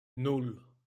nan